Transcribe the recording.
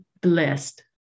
blessed